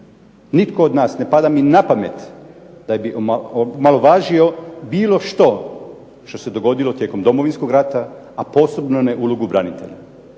Nitko od nas, ne pada mi na pamet da bi omalovažio bilo što što se dogodilo tijekom Domovinskog rata, a posebno ne Udrugu branitelja.